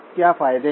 क्या फायदे हैं